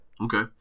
Okay